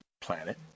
planet